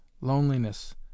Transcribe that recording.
loneliness